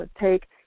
take